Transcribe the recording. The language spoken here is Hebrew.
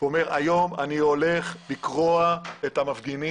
ואומר שהיום אני הולך לקרוע את המפגינים.